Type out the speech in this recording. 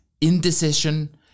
indecision